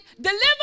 Deliver